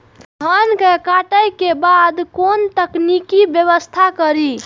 धान के काटे के बाद कोन तकनीकी व्यवस्था करी?